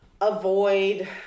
avoid